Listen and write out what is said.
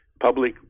public